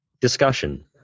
Discussion